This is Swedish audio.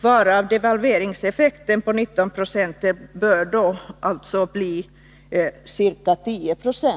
Kvar av devalveringseffekten på 19 922 bör då alltså bli ca 10 96.